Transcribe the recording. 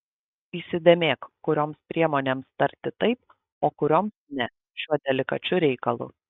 įsidėmėk kurioms priemonėms tarti taip o kurioms ne šiuo delikačiu reikalu